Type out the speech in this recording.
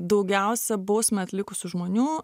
daugiausia bausmę atlikusių žmonių